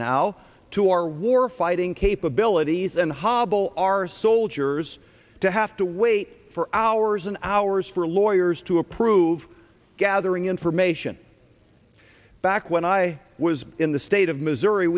now to our war fighting capabilities and hobble our soldiers to have to wait for hours and hours for lawyers to approve gathering from ation back when i was in the state of missouri